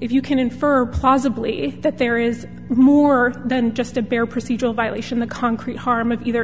if you can infer plausibly that there is more than just a bare procedural violation the concrete harm of either